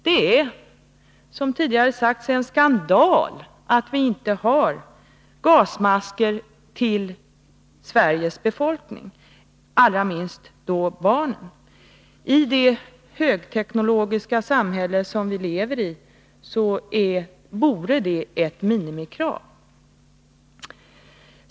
Det är, som tidigare sagts, en skandal att det inte finns gasmasker till Sveriges befolkning, inte minst till barnen. I det högteknologiska samhälle som vi lever i borde det vara ett minimikrav.